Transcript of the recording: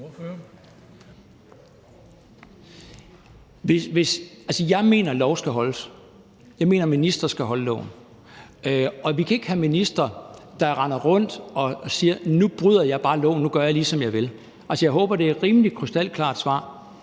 jeg mener, at loven skal holdes. Jeg mener, at ministre skal overholde loven. Og vi kan ikke have ministre, der render rundt og siger, at nu bryder jeg bare loven, og at nu gør jeg, lige som jeg vil. Jeg håber, det er et rimelig krystalklart svar.